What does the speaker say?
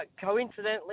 Coincidentally